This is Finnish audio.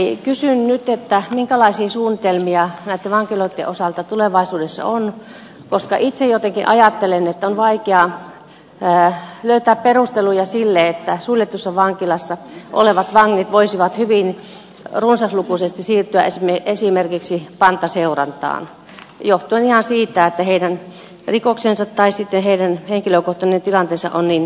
kysyn nyt minkälaisia suunnitelmia näitten vankiloitten osalta tulevaisuudessa on koska itse jotenkin ajattelen että on vaikeaa löytää perusteluja sille että suljetussa vankilassa olevat vangit voisivat hyvin runsaslukuisesti siirtyä esimerkiksi pantaseurantaan johtuen ihan siitä että heidän rikoksensa tai sitten heidän henkilökohtainen tilanteensa on niin hankala